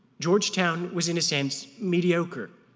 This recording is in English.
georgetown was in a sense mediocre,